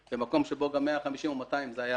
כך שכל רוכבי האופניים יהיו